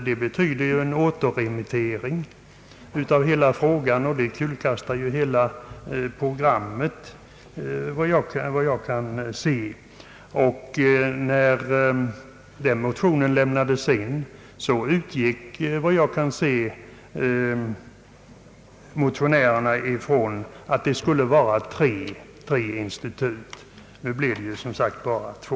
Den innebär en återremittering av frågan, och hela programmet skulle i så fall kullkastas. När motionen väcktes, utgick tydligen motionärerna från att det skulle vara tre institut. Nu blir det som sagt bara två.